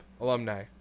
alumni